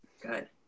Good